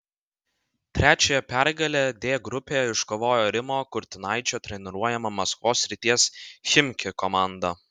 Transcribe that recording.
trečiąją pergalę d grupėje iškovojo rimo kurtinaičio treniruojama maskvos srities chimki komanda